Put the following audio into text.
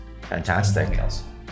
Fantastic